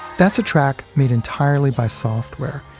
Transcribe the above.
that's a track made entirely by software.